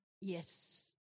yes